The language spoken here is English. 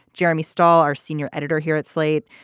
jeremy stahl, our senior editor here at slate.